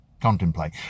contemplate